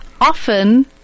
often